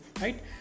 right